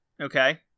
Okay